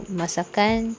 masakan